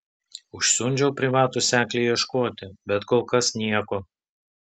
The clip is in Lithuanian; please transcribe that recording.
užsiundžiau privatų seklį ieškoti bet kol kas nieko